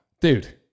Dude